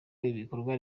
n’ibikorwa